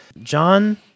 John